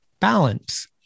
balance